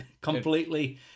completely